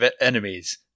enemies